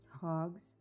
Hogs